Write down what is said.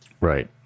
Right